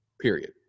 period